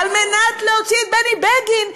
על מנת להוציא את בני בגין,